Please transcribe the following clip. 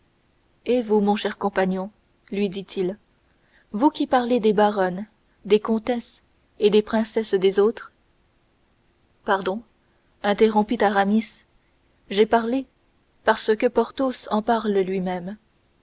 et vous mon cher compagnon lui dit-il vous qui parlez des baronnes des comtesses et des princesses des autres pardon interrompit aramis j'ai parlé parce que porthos en parle lui-même